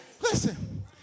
Listen